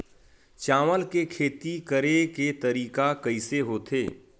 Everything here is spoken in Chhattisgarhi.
चावल के खेती करेके तरीका कइसे होथे?